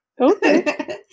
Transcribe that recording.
Okay